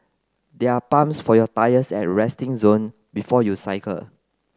there are pumps for your tyres at resting zone before you cycle